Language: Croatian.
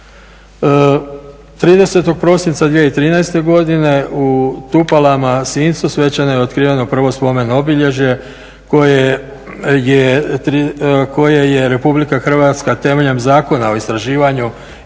30. prosinca 2013. godine u Tupalama-Sincu svečano je otkriveno prvo spomen obilježje koje je RH temeljem Zakona o istraživanju